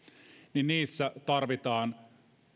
tarvitaan